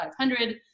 500